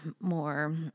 more